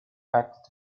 packed